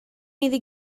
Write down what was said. iddi